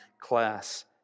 class